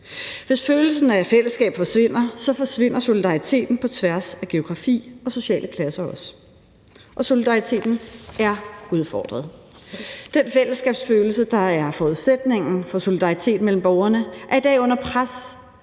Hvis følelsen af fællesskab forsvinder, så forsvinder solidariteten på tværs af geografi og sociale klasser også. Og solidariteten er udfordret. Den fællesskabsfølelse, der er forudsætningen for solidariteten mellem borgerne, er i dag under pres